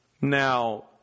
Now